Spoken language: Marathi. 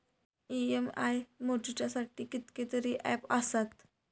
इ.एम.आय मोजुच्यासाठी कितकेतरी ऍप आसत